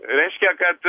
reiškia kad